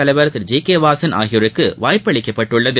தலைவர் Thiru G K Vasan ஆகியோருக்கு வாய்ப்பளிக்கப்பட்டுள்ளது